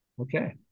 Okay